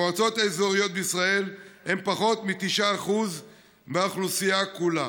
המועצות האזוריות בישראל הן פחות מ-9% מהאוכלוסייה כולה.